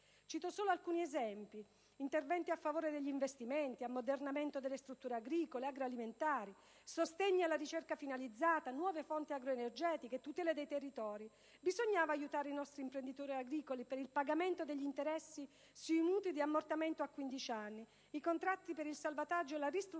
citare solo alcuni degli esempi: interventi a favore degli investimenti, ammodernamento delle strutture agricole, agroalimentari, sostegno alla ricerca finalizzata, nuove fonti agroenergetiche, tutela dei territori; bisognava aiutare i nostri imprenditori agricoli per il pagamento degli interessi sui mutui di ammortamento a 15 anni, i contratti per il salvataggio e la ristrutturazione